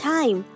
Time